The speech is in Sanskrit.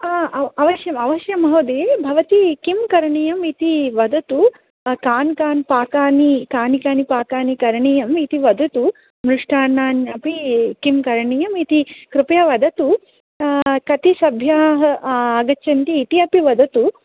आ अवश्यम् अवश्यं महोदये भवती किं करणीयम् इति वदतु कानि कानि पाकानि कानि कानि पाकानि करणीयम् इति वदतु मिष्टान्नानि अपि किं करणीयम् इति कृपया वदतु कति सभ्याः आगच्छन्ति इति अपि वदतु